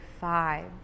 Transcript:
Five